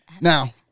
Now